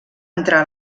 entrar